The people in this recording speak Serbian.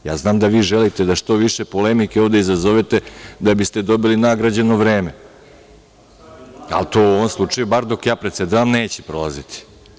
Ja znam da vi želite da što više polemike ovde izazovete da bi ste dobili nagrađeno vreme, ali to u ovom slučaju bar dok ja predsedavam neće prolaziti.